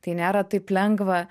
tai nėra taip lengva